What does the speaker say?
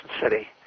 City